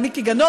על מיקי גנור,